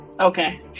Okay